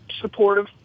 supportive